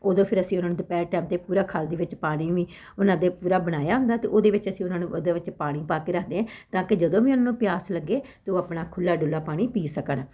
ਉਦੋਂ ਫਿਰ ਅਸੀਂ ਉਹਨਾਂ ਨੂੰ ਦੁਪਹਿਰ ਟੈਮ 'ਤੇ ਪੂਰਾ ਖਲ ਦੇ ਵਿੱਚ ਪਾਣੀ ਵੀ ਉਹਨਾਂ ਦੇ ਪੂਰਾ ਬਣਾਇਆ ਹੁੰਦਾ ਅਤੇ ਉਹਦੇ ਵਿੱਚ ਅਸੀਂ ਉਹਨਾਂ ਨੂੰ ਉਹਦੇ ਵਿੱਚ ਪਾਣੀ ਪਾ ਕੇ ਰੱਖਦੇ ਹਾਂ ਤਾਂ ਕਿ ਜਦੋਂ ਵੀ ਉਹਨਾਂ ਨੂੰ ਪਿਆਸ ਲੱਗੇ ਤਾਂ ਉਹ ਆਪਣਾ ਖੁੱਲਾ ਡੁੱਲਾ ਪਾਣੀ ਪੀ ਸਕਣ